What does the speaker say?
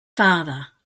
father